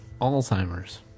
Alzheimer's